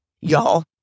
y'all